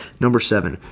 number seven,